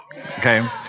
Okay